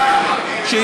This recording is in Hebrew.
זה,